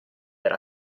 era